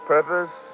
Purpose